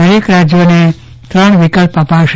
દરેક રાજ્યોને પણ વિકલ્પ અપાશે